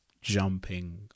jumping